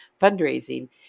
fundraising